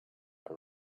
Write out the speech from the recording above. are